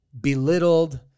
belittled